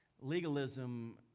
Legalism